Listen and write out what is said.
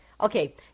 okay